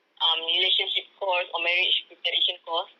um relationship course or marriage preparation course